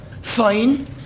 Fine